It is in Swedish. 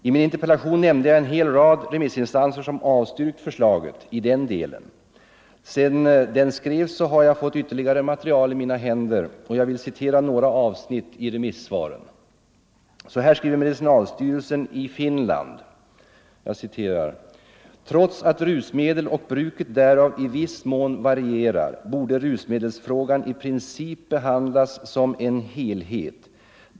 I min interpellation nämnde jag en hel rad remissinstanser som har avstyrkt förslaget i den delen, och jag vill citera några avsnitt ur remissvaren. Medicinalstyrelsen i Finland skriver: ”Trots att rusmedel och bruket därav i viss mån varierar, borde rusmedelsfrågan i princip behandlas som en helhet.